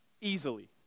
easily